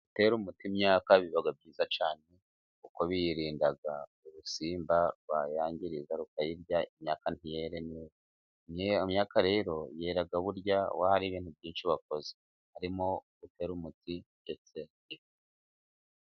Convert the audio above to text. Gutera umuti imyaka biba byiza cyane, kuko biyirinda ubusimba buyangiriza, bukayirya, ntiyere neza. Imyaka rero yera burya iyo hari ibintu byinshi wakoze. Harimo gutera umuti ndetse...